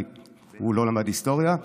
כי הוא לא למד היסטוריה.